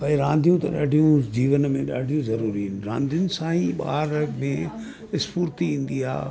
भाई रांधियूं त ॾाढियूं जीवन में ॾाढी ज़रूरी आहिनि रांधियुनि सां ई ॿार में स्फुर्ती ईंदी आहे